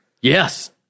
Yes